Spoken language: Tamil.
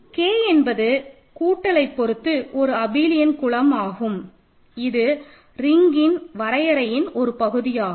K என்பது கூட்டல்லை பொறுத்து ஒரு அபிலயன் குலம் ஆகும் இது ரிங்கின் வரையறையின் ஒரு பகுதியாகும்